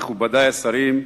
מכובדי השרים,